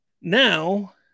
now